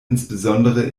insbesondere